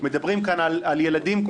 מדברים כאן על ילדים,